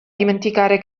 dimenticare